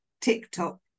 tiktok